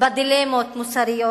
בדילמות מוסריות?